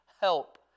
help